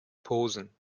posen